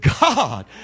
God